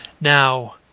now